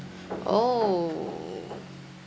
orh